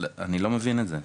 אני לא מבין את זה.